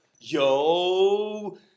Yo